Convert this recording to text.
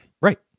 Right